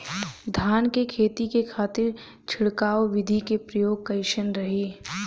धान के खेती के खातीर छिड़काव विधी के प्रयोग कइसन रही?